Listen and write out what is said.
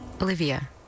Olivia